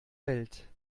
welt